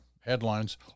headlines